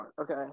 okay